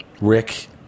Rick